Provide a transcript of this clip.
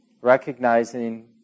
recognizing